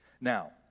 Now